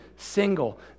single